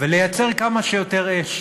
ולייצר כמה שיותר אש